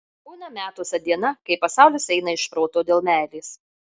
būna metuose diena kai pasaulis eina iš proto dėl meilės